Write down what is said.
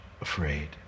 afraid